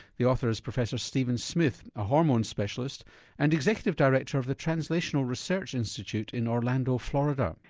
the author is professor steven smith, a hormone specialist and executive director of the translational research institute in orlando florida.